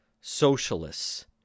socialists